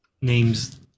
names